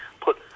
put